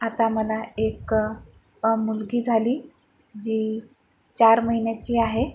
आता मला एक मुलगी झाली जी चार महिन्याची आहे